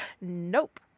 Nope